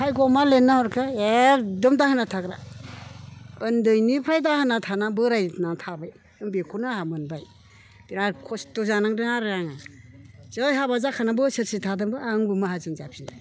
भायग'आव मा लिरना हरखो एखदम दाहोना थाग्रा उन्दैनिफ्राय दाहोना थानानै बोराइना थाबाय बेखौनो आहा मोनबाय बेराद खस्थ' जानांदों आरो आङो जै हाबा जानानै बोसोरसे थादोंबो आंबो माहाजोन जाफिनबाय